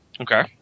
Okay